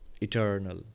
Eternal